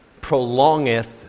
prolongeth